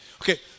Okay